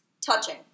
Touching